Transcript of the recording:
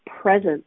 presence